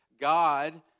God